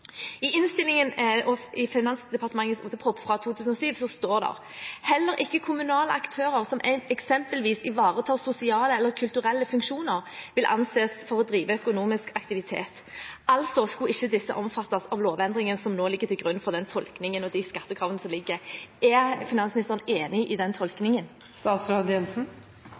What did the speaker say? I innstillingen til og i Finansdepartementets Ot.prp. nr. 1 for 2007–2008 står det: «Heller ikke kommunale aktører som alene ivaretar eksempelvis sosiale eller kulturelle funksjoner, vil anses for å drive økonomisk aktivitet.» Disse skulle altså ikke omfattes av lovendringen som nå ligger til grunn for den tolkningen og de skattekravene som ligger. Er finansministeren enig i den